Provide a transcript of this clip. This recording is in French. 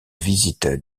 visite